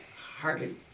Hardly